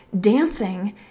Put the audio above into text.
dancing